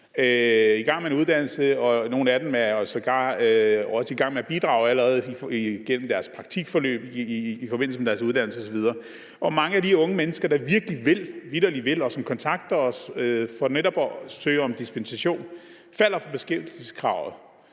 i gang med en uddannelse, og nogle af dem er sågar også i gang med at bidrage allerede igennem deres praktikforløb i forbindelse med deres uddannelse osv. Og mange af de unge mennesker, der virkelig vil det her, og som kontakter os for netop at søge om dispensation, falder for beskæftigelseskravet.